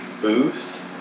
booth